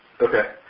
Okay